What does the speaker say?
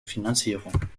finanzierung